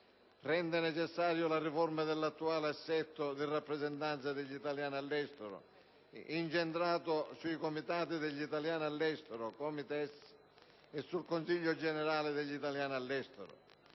rende necessaria la riforma dell'attuale assetto di rappresentanza degli italiani all'estero, incentrato sui Comitati degli italiani all'estero e sul Consiglio generale degli italiani all'estero.